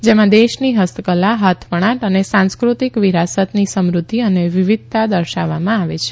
જેમાં દેશની હસ્તકલા હાથ વણાટ અને સાંસ્કૃતિક વિરાસતની સમૃધ્યિ અને વિવિધતા દર્શાવવામાં આવે છે